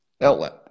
outlet